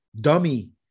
dummy